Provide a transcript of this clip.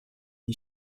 die